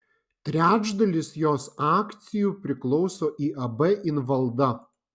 trečdalis jos akcijų priklauso iab invalda